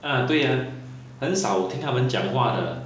ah 对呀很少我听他们讲话的